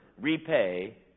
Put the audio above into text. Repay